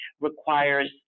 requires